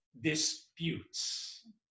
disputes